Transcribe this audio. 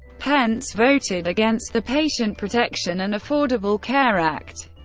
pence voted against the patient protection and affordable care act.